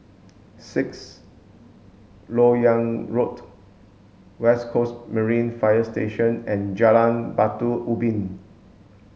Sixth Lok Yang Road West Coast Marine Fire Station and Jalan Batu Ubin